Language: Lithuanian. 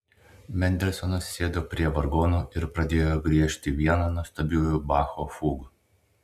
mendelsonas sėdo prie vargonų ir pradėjo griežti vieną nuostabiųjų bacho fugų